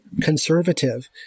conservative